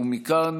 מכאן,